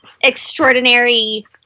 extraordinary